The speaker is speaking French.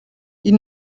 ils